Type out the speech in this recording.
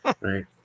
Right